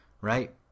right